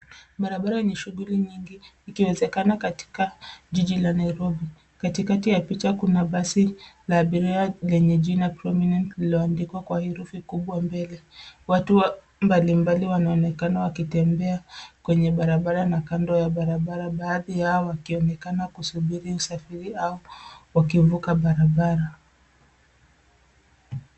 Barabara yenye shughuli nyingi, ikiwezekana katika jiji la Nairobi. Katikati ya picha kuna basi la abiria lenye jina Prominent lilioandikwa kwa herufi kubwa mbele. Watu mbalimbali wanaonekana wakitembea kwenye barabara na kando ya barabara. Baadhi yao wanaonekana wakisubiri usafiri au wakivuka barabara.